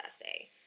essay